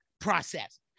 process